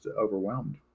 overwhelmed